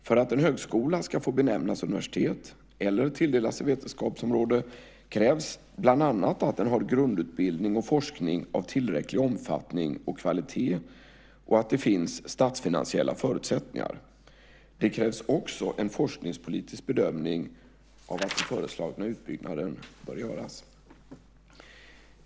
För att en högskola ska få benämnas universitet eller tilldelas ett vetenskapsområde krävs bland annat att den har grundutbildning och forskning av tillräcklig omfattning och kvalitet och att det finns statsfinansiella förutsättningar. Det krävs också en forskningspolitisk bedömning av att den föreslagna utbyggnaden bör göras.